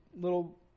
little